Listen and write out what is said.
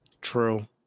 true